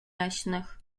leśnych